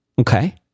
okay